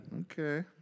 Okay